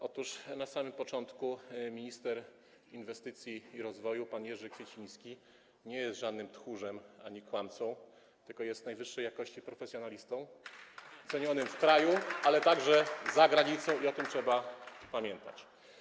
Otóż na samym początku - minister inwestycji i rozwoju pan Jerzy Kwieciński nie jest żadnym tchórzem ani kłamcą, tylko jest najwyższej klasy profesjonalistą, cenionym w kraju, ale także za granicą, i o tym trzeba pamiętać.